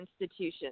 institutions